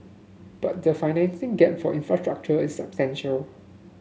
but the financing gap for infrastructure is substantial